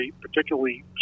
particularly